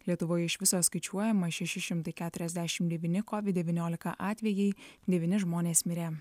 lietuvoje iš viso skaičiuojama šeši šimtai keturiasdešimt devyni covid devyniolika atvejai devyni žmonės mirė